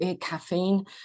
caffeine